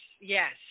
Yes